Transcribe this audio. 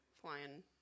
flying